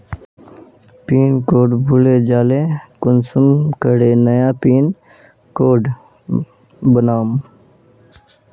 Pin code भूले जाले कुंसम करे नया पिन कोड बनाम?